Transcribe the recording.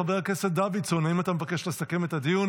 חבר הכנסת דוידסון, האם אתה מבקש לסכם את הדיון?